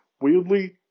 weirdly